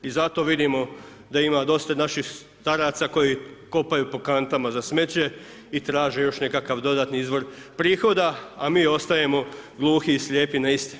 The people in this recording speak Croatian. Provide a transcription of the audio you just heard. I zato vidimo da ima dosta naših staraca koji kopaju po kantama za smeće i traže još nekakav dodatni izvor prihoda a mi ostajemo gluhi i slijepi na iste.